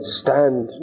stand